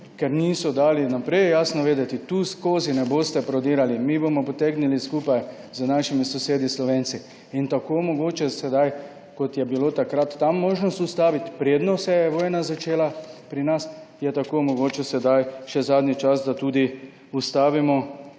ker niso dali vnaprej jasno vedeti, tu skozi ne boste prodirali, mi bomo potegnili skupaj s svojimi sosedi Slovenci. Mogoče je sedaj tako, kot je bila takrat možnost ustaviti, preden se je vojna začela pri nas, mogoče je sedaj še zadnji čas, da ustavimo